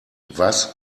was